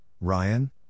Ryan